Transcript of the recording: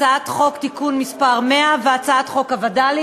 הצעת חוק התכנון והבנייה (תיקון מס' 100) והצעת חוק הווד"לים.